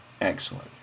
excellent